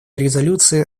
резолюции